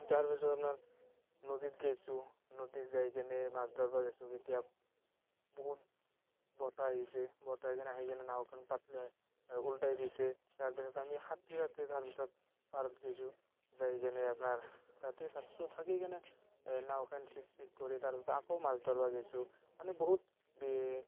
তাৰপিছত নদীত গেইছো নদীত যাইকেনে মাছ ধৰিব যাইছো কেতিয়াবা বহুত বতাহ আহিছে বতাহ আহিকেনে নাওখন ওলটাই দিছে তাৰপিছত আমি সাতৰি সাতৰি তাৰপিছত পাত্ত গৈছোঁ যাইপেনে আপনাৰ ৰাতি থাকছোঁ থাকিকেনে নাওখন ঠিক চিক কৰি আকৌ মাছ ধৰিব গৈছোঁ মানে বহুত